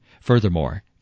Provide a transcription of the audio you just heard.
Furthermore